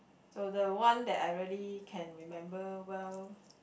so the one that I really can remember well